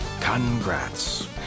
Congrats